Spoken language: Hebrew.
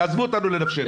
תעזבו אותנו לנפשנו.